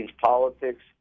politics